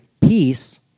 peace